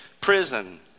prison